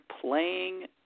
playing